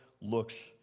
looks